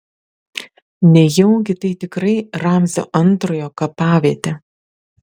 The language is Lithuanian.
nejaugi tai tikrai ramzio antrojo kapavietė